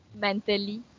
mentally